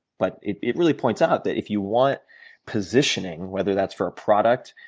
but it it really points out that if you want positioning whether that's for a product,